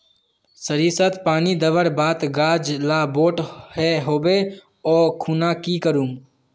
सरिसत पानी दवर बात गाज ला बोट है होबे ओ खुना की करूम?